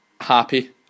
happy